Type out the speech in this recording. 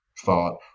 thought